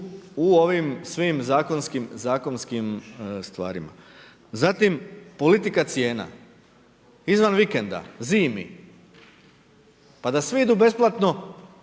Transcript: u ovim svim zakonskim stvarima. Zatim, politika cijena, izvan vikenda, zimi, pa da svi idu besplatno